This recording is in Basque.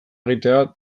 egitea